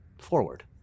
Forward